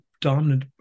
dominant